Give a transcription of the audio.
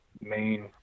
main